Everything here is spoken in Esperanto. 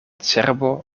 cerbo